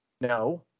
No